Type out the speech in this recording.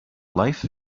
life